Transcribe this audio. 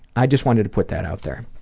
i just wanted to put that out there.